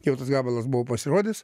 jau tas gabalas buvo pasirodęs